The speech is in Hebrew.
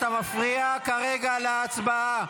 אתה מפריע כרגע להצבעה.